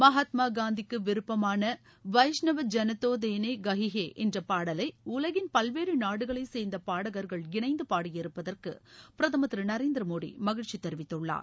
மகாத்மா காந்திக்கு விருப்பமான வைஷ்ணவ ஜனத்தோ தேனே கஹியே என்ற பாடலை உலகின் பல்வேறு நாடுகளைச் சேர்ந்த பாடகர்கள் இணைந்து பாடியிருப்பதற்கு பிரதமர் திரு நரேந்திர மோடி மகிழ்ச்சி தெரிவித்துள்ளார்